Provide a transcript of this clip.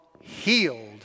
healed